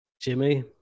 jimmy